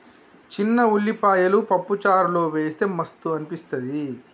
చిన్న ఉల్లిపాయలు పప్పు చారులో వేస్తె మస్తు అనిపిస్తది